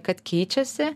kad keičiasi